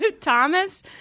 Thomas